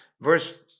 verse